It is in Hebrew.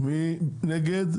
מי נגד?